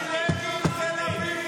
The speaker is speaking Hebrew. פריבילגים תל אביבים.